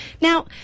Now